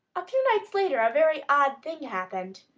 a few nights later a very odd thing happened.